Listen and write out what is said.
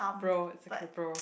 bro it's okay bro